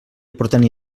aportant